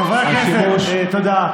השימוש, חברי הכנסת, תודה.